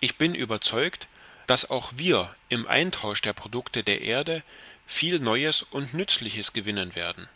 ich bin überzeugt daß auch wir im eintausch der produkte der erde viel neues und nützliches gewinnen werden